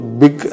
big